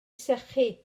sychu